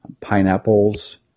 pineapples